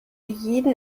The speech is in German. jeden